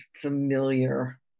familiar